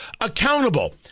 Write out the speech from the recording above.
accountable